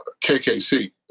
KKC